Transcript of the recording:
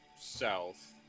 south